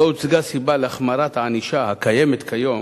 לא הוצגה סיבה להחמרת הענישה הקיימת כיום